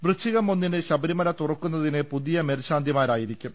വൃശ്ചികം ഒന്നിന് ശബരിമല തുറക്കു ന്നത് പുതിയ മേൽശാന്തിമാരായിരിക്കും